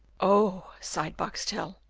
oh! sighed boxtel,